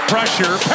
Pressure